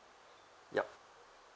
yup